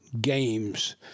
games